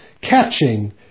catching